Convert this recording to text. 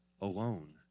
alone